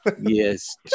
Yes